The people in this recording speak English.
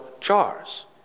jars